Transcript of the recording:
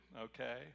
okay